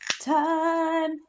time